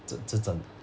这是真的